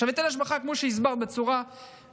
עכשיו, היטל השבחה, כמו שהסברת בצורה מפורטת,